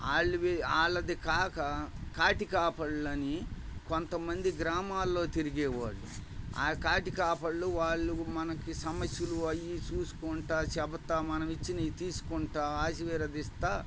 వాళ్ళు వాళ్ళదికాక కాటికాపరులని కొంత మంది గ్రామాల్లో తిరిగేవాళ్ళు ఆ కాటికాపరులు వాళ్ళు మనకి సమస్యలు అవి చూసుకుంటూ చెబుతూ మనం ఇచ్చినవి తీసుకుంటూ ఆశీర్వదిస్తూ